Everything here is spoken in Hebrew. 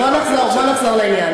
בוא נחזור לעניין.